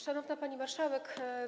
Szanowna Pani Marszałek!